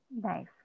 Nice